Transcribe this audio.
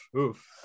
Oof